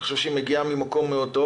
מגיעה ממקום טוב מאוד.